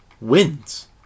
wins